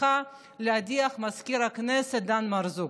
שבכוונתך להדיח את מזכיר הכנסת דן מרזוק.